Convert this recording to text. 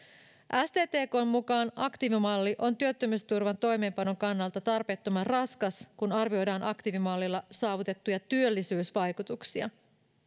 sttkn mukaan aktiivimalli on työttömyysturvan toimeenpanon kannalta tarpeettoman raskas kun arvioidaan aktiivimallilla saavutettuja työllisyysvaikutuksia